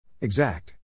Exact